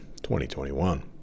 2021